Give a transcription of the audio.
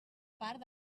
part